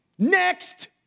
Next